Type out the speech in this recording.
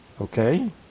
okay